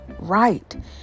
right